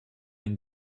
been